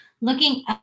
looking